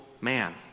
man